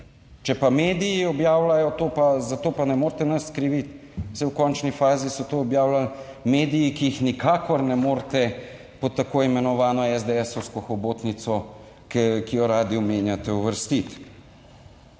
Če pa mediji objavljajo to, pa za to pa ne morete nič kriviti, saj v končni fazi so to objavljali mediji, ki jih nikakor ne morete pod tako imenovano SDS-ovsko hobotnico, ki jo radi omenjate, uvrstiti.